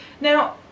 Now